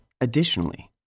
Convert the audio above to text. Additionally